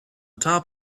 top